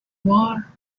war